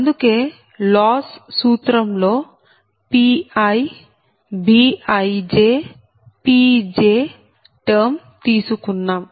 అందుకే లాస్ సూత్రంలో PiBijPj term తీసుకున్నాం